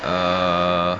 err